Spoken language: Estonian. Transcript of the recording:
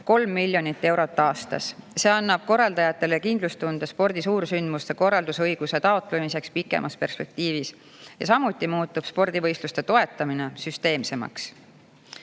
3 miljonit eurot aastas. See annab korraldajatele kindlustunde spordisuursündmuste korraldusõiguse taotlemiseks pikemas perspektiivis, samuti muutub spordivõistluste toetamine